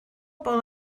bobl